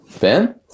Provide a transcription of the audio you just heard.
Ben